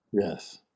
Yes